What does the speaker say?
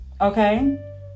okay